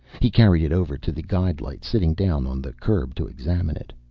he carried it over to the guide-light, sitting down on the curb to examine it.